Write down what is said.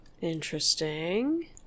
interesting